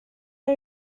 are